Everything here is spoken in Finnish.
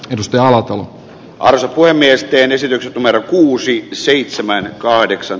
edustaja joutui alussa puhemiesten esityksen numero kuusi seitsemän kahdeksan